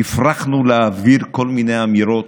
הפרחנו לאוויר כל מיני אמירות,